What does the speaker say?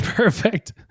Perfect